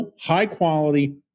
high-quality